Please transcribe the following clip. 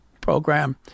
program